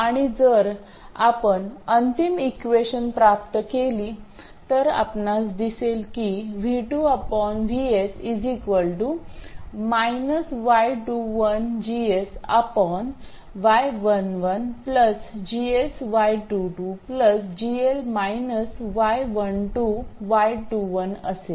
आणि जर आपण अंतिम इक्वेशन प्राप्त केली तर आपणास दिसेल की v 2 v s y11 GS y22 GL y12 y21 असेल